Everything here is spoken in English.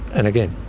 and again.